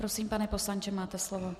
Prosím, pane poslanče, máte slovo.